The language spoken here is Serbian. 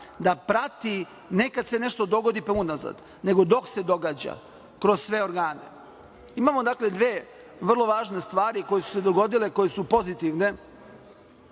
da prati. Ne kad se nešto dogodi, pa unazad, nego dok se događa kroz sve organe. Imamo, dakle, dve vrlo važne stvari koje su se dogodile koje su pozitivne,